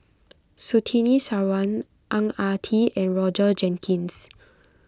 Surtini Sarwan Ang Ah Tee and Roger Jenkins